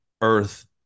Earth